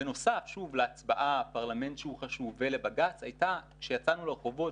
בנוסף להצבעה הפרלמנט שהוא חשוב ולבג"ץ הייתה שיצאנו לרחובות,